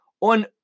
on